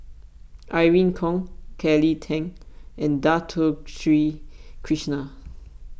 Irene Khong Kelly Tang and Dato Sri Krishna